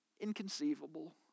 inconceivable